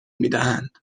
میدهند